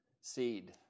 seed